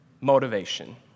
motivation